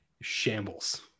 shambles